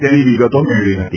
તેની પણ વિગતો મેળવી હતી